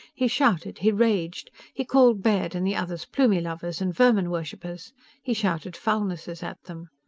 he shouted. he raged. he called baird and the others plumie-lovers and vermin-worshipers. he shouted foulnesses at them.